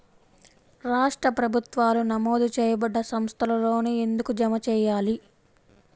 రాష్ట్ర ప్రభుత్వాలు నమోదు చేయబడ్డ సంస్థలలోనే ఎందుకు జమ చెయ్యాలి?